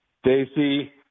Stacey